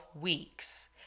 weeks